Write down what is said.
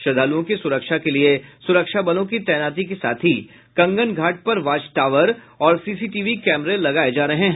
श्रद्दालुओं की सुरक्षा के लिए सुरक्षा बलों की तैनाती के साथ ही कंगन घाट पर वाच टावर और सीसीटीवी कैमरे लगाये जा रहे हैं